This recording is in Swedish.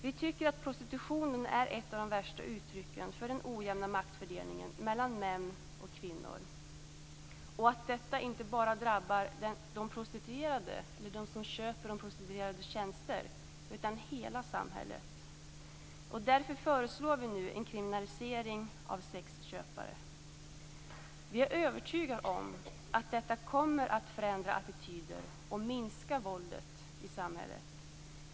Vi tycker att prostitutionen är ett av de värsta uttrycken för den ojämna maktfördelningen mellan män och kvinnor och att detta inte bara drabbar de prostituerade eller dem som köper de prostituerades tjänster utan hela samhället. Därför föreslår vi nu en kriminalisering av sexköpare. Vi är övertygade om att detta kommer att förändra attityder och minska våldet i samhället.